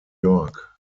york